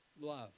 love